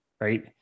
right